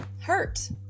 hurt